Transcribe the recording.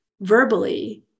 verbally